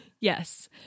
Yes